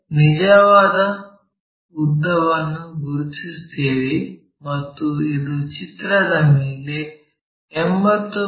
ನಿಜವಾದ ಉದ್ದವನ್ನು ಗುರುತಿಸುತ್ತೇವೆ ಮತ್ತು ಇದು ಚಿತ್ರದ ಮೇಲೆ 80 ಮಿ